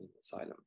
asylum